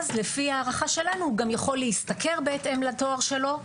ואז לפי ההערכה שלנו הוא גם יכול להשתכר בהתאם לתואר שלו,